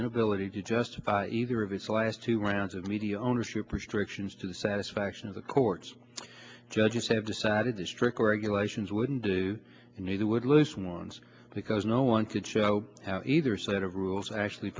inability to justify either of its last two rounds of media ownership restrictions to the satisfaction of the courts judges have decided to strict regulations wouldn't do and neither would loose ones because no one could show how either set of rules actually